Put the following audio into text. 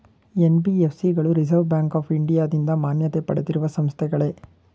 NBFC ಗಳು reserve bank of ಇಂಡಿಯಾದಿಂದ ಮಾನ್ಯತೆ ಪಡೆದಿರುವ ಸಂಸ್ಥೆಗಳೇ?